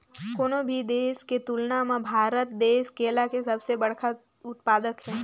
कोनो भी देश के तुलना म भारत देश केला के सबले बड़खा उत्पादक हे